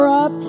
up